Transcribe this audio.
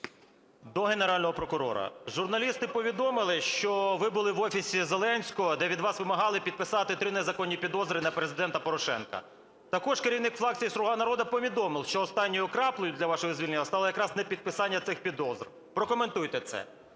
До Генерального прокурора. Журналісти повідомили, що ви були в Офісі Зеленського, де від вас вимагали підписати три незаконні підозри на Президента Порошенка. Також керівник фракції "Слуга народу" повідомив, що останньою краплею для вашого звільнення стало якраз непідписання цих підозр. Прокоментуйте це.